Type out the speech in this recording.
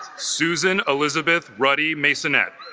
susan-elizabeth ruddy maisonette